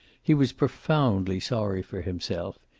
he was profoundly sorry for himself.